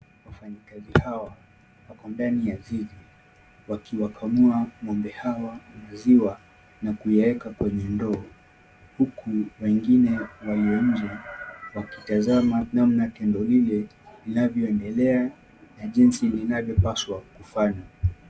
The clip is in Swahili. Wafanyakazi hawa wako ndani ya zizi wakiwakamua ng'ombe hawa maziwa na kuyaweka kwenye ndoo huku wengine walio nje wakitazama namna tendo hili linavyoendelea na jinsi linavyopaswa kufanywa.